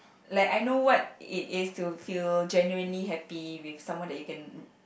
like I know what it is to feel genuinely happy with someone that you can